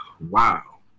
Wow